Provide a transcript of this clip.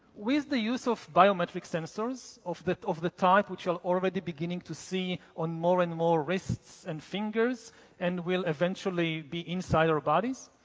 with the use of biometric sensors of that of the type which are already beginning to see on more and more wrists and fingers and will eventually be inside our bodies,